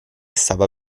stava